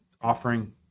offering